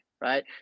right